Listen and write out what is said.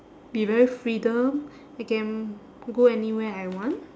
be very freedom I can go anywhere I want